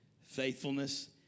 faithfulness